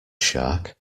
shark